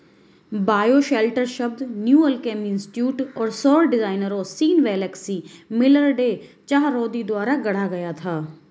bioshelter शब्द new alchemy institute और सौर डिजाइनरों Sean Wellesley Miller, Day Chahroudi द्वारा गढ़ा गया था